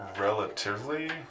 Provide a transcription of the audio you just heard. relatively